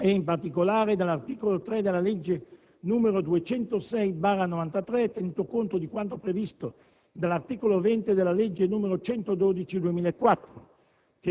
in particolare dall'articolo 3 della legge n. 206 del 1993 (tenuto conto di quanto previsto dall'articolo 20 della legge n. 112 del 2004)